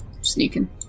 Sneaking